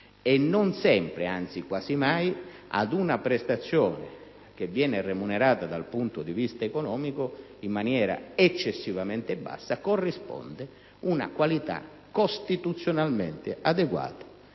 e non sempre - anzi quasi mai - ad una prestazione che viene remunerata in maniera eccessivamente bassa corrisponde una qualità costituzionalmente adeguata